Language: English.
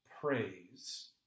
praise